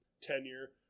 tenure